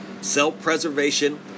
self-preservation